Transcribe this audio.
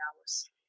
hours